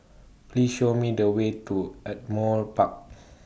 Please Show Me The Way to Ardmore Park